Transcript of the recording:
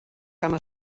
cama